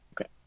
Okay